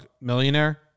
Millionaire